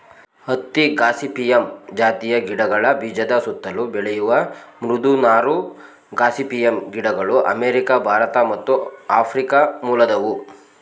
ಹತ್ತಿ ಗಾಸಿಪಿಯಮ್ ಜಾತಿಯ ಗಿಡಗಳ ಬೀಜದ ಸುತ್ತಲು ಬೆಳೆಯುವ ಮೃದು ನಾರು ಗಾಸಿಪಿಯಮ್ ಗಿಡಗಳು ಅಮೇರಿಕ ಭಾರತ ಮತ್ತು ಆಫ್ರಿಕ ಮೂಲದವು